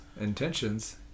intentions